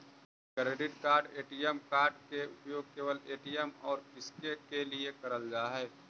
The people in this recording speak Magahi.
क्रेडिट कार्ड ए.टी.एम कार्ड के उपयोग केवल ए.टी.एम और किसके के लिए करल जा है?